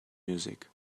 music